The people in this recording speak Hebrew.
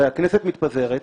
הרי הכנסת מתפזרת.